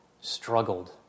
struggled